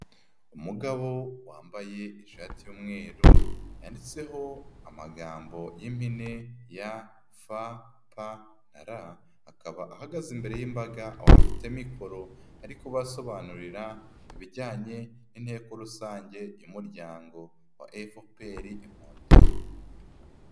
Umugabo wambaye ishati y'mweru yanditseho amagambo y'impine ya fa pa na ra, akaba ahagaze imbere y'imbaga aho afite mikoro ari kubasobanurira ibijyanye n'inteko rusange y'umuryango wa FPR inkotanyi.